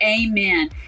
Amen